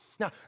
Now